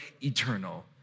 eternal